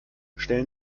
stellen